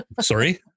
sorry